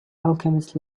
alchemist